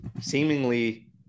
seemingly